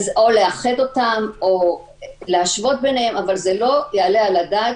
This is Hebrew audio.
צריך לאחד אותם או להשוות ביניהם אבל זה לא יעלה על הדעת